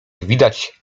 widać